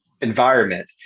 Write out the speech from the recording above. environment